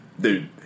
Dude